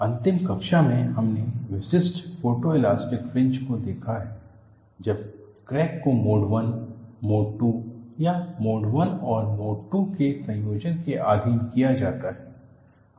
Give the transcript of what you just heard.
अंतिम कक्षा में हमने विशिष्ट फोटोएलास्टिक फ्रिंज को देखा है जब क्रैक को मोड 1 मोड 2 या मोड 1 और मोड 2 के संयोजन के अधीन किया जाता है